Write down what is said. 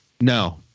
no